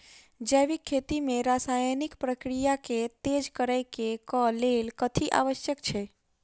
जैविक खेती मे रासायनिक प्रक्रिया केँ तेज करै केँ कऽ लेल कथी आवश्यक छै?